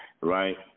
right